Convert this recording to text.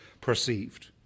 perceived